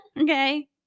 Okay